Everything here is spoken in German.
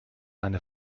eine